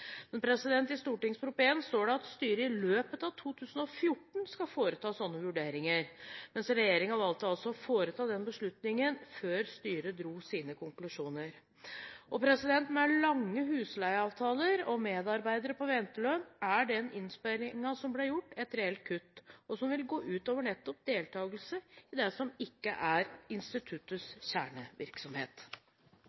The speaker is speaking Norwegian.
Men i Prop. 1 S står det at styret i løpet av 2014 skal foreta sånne vurderinger. Regjeringen valgte likevel å ta den beslutningen før styret trakk sine konklusjoner. Med lange husleieavtaler og medarbeidere på ventelønn er den innsparingen som ble gjort, et reelt kutt som vil gå ut over nettopp deltakelse i det som ikke er instituttets